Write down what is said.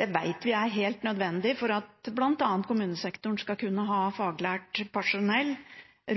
Det vet vi er helt nødvendig for bl.a. at kommunesektoren skal kunne ha faglært personell